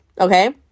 okay